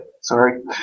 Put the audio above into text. Sorry